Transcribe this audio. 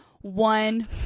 one